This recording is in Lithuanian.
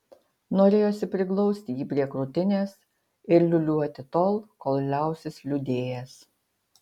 norėjosi priglausti jį prie krūtinės ir liūliuoti tol kol liausis liūdėjęs